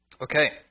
Okay